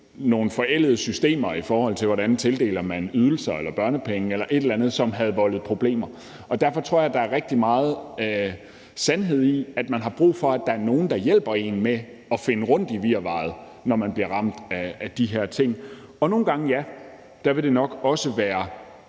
nogle forældede systemer, i forhold til hvordan man tildeler ydelser eller børnepenge eller noget andet, som havde voldt problemer. Derfor tror jeg, at der er rigtig meget sandhed i, at man har brug for, at der er nogle, der hjælper en med at finde rundt i virvaret, når man bliver ramt af de her ting. Og nogle gange, ja, vil det nok også være